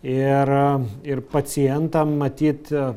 ir ir pacientam matyt